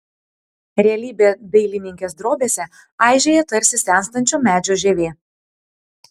realybė dailininkės drobėse aižėja tarsi senstančio medžio žievė